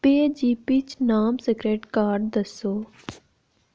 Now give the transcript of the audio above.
पेऽजैप च नमां scratch card दस्सो